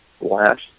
last